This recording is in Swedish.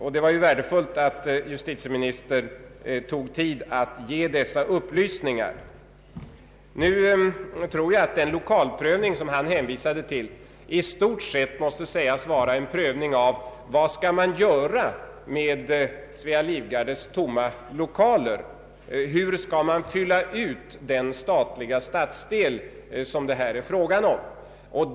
Det var ju värdefullt att justitieministern gav dessa upplysningar. Jag tror att den lokalprövning som han hänvisade till i stort sett måste sägas vara en prövning av vad man skall göra med Svea livgardes tomma lokaler och hur man skall fylla ut den statliga stadsdel det här är fråga om.